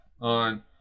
on